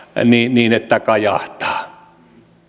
niin niin että kajahtaa